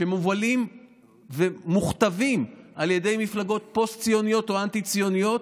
שמובלים ומוכתבים על ידי מפלגות פוסט-ציוניות או אנטי-ציוניות,